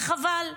וחבל.